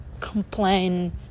complain